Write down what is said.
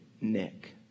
Nick